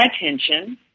attention